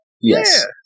Yes